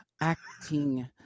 Acting